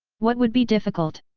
what would be difficult?